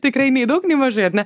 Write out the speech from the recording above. tikrai nei daug nei mažai ar ne